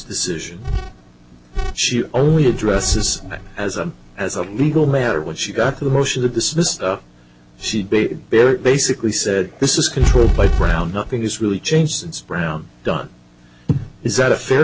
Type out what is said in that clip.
decision she only addresses as a as a legal matter what she got the motion to dismiss she'd be basically said this is controlled by brown nothing has really changed since brown done is that a fair